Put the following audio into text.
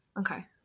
okay